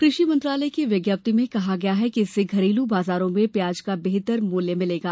कृषि मंत्रालय की विज्ञप्ति में कहा गया है कि इससे घरेलू बाजारों में प्याज का बेहतर मूल्य मिलेगा